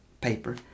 paper